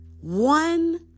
One